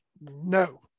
No